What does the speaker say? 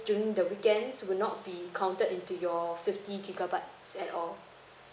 during the weekends would not be counted into your fifty gigabytes at all